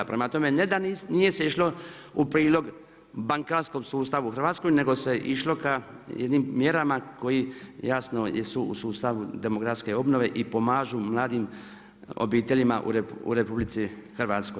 Prema tome, ne da nije se išlo u prilog bankarskom sustavu u Hrvatskoj, nego se išlo ka jednim mjerama koje jasno, su u sustavu demografske obnove i pomažu mladim obiteljima u RH.